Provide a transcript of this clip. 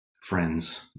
friends